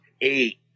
eight